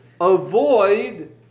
avoid